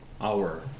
hour